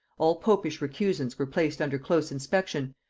all popish recusants were placed under close inspection,